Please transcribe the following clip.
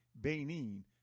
Benin